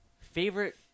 favorite